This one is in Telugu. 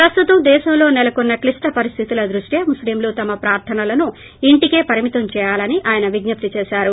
ప్రస్తుతం దేశంలో నెలకొన్న క్లిష్ట పరిస్దితుల దృష్ట్యా ముస్లింలు తమ ప్రార్ధనలను ఇంటికే పరిమితం చేయాలని ఆయన విజ్ఞప్తి చేశారు